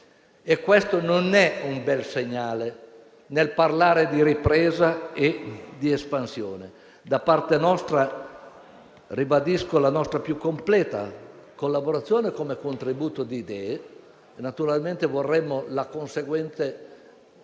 e questo non è un bel segnale quando si parla di ripresa e di espansione. Da parte nostra ribadisco la più completa collaborazione come contributo di idee, ma naturalmente vorremmo una conseguente